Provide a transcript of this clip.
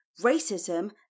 racism